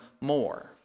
more